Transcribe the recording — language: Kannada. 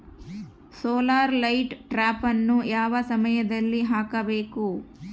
ಸೋಲಾರ್ ಲೈಟ್ ಟ್ರಾಪನ್ನು ಯಾವ ಸಮಯದಲ್ಲಿ ಹಾಕಬೇಕು?